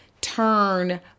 turn